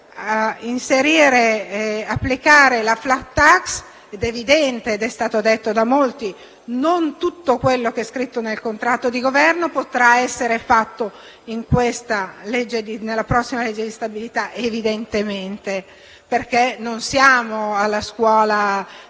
a inserire e ad applicare la *flat tax*. È evidente - ed è stato detto da molti - che non tutto quello che è scritto nel contratto di Governo potrà essere nella prossima legge di stabilità, perché non siamo alla scuola